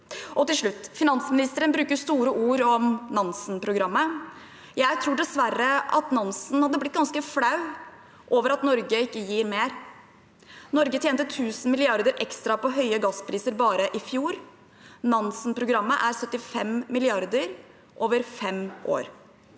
Til slutt: Finansministeren bruker store ord om Nansen-programmet. Jeg tror dessverre at Nansen hadde blitt ganske flau over at Norge ikke gir mer. Norge tjente 1 000 mrd. kr ekstra på høye gasspriser bare i fjor. Nansen-programmet er på 75 mrd. kr over fem år.